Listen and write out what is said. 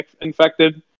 infected